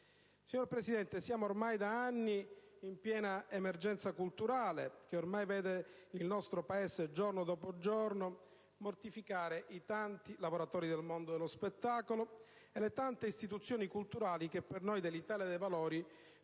Signor Presidente, siamo ormai da anni in piena emergenza culturale che vede il nostro Paese, giorno dopo giorno, mortificare i tanti lavoratori del mondo dello spettacolo e le tante istituzioni culturali che per noi dell'Italia dei Valori